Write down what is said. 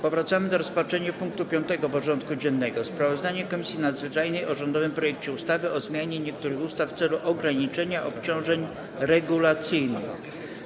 Powracamy do rozpatrzenia punktu 5. porządku dziennego: Sprawozdanie Komisji Nadzwyczajnej o rządowym projekcie ustawy o zmianie niektórych ustaw w celu ograniczenia obciążeń regulacyjnych.